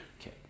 Okay